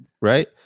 right